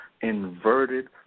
inverted